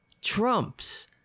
Trump's